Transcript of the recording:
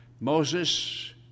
Moses